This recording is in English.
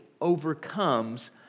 overcomes